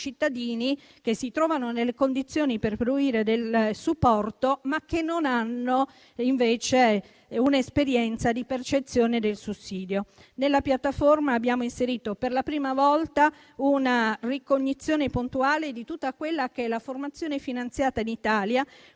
cittadini, che si trovano nelle condizioni di fruire del supporto, ma non hanno un'esperienza di percezione del sussidio. Nella piattaforma abbiamo inserito, per la prima volta, una ricognizione puntuale di tutta la formazione finanziata in Italia,